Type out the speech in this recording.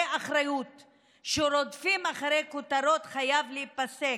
אחריות שרודפים אחרי כותרות חייב להיפסק.